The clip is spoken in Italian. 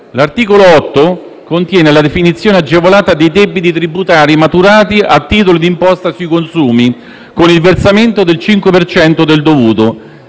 L'articolo 8 contiene la definizione agevolata dei debiti tributari maturati a titolo d'imposta sui consumi con il versamento del 5 per cento